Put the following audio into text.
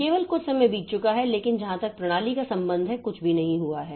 केवल कुछ समय बीत चुका है लेकिन जहां तक प्रणाली का संबंध है कुछ भी नहीं हुआ है